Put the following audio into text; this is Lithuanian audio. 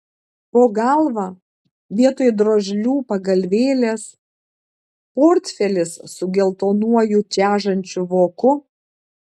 po galva vietoj drožlių pagalvėlės portfelis su geltonuoju čežančiu voku